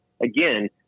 again